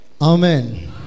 Amen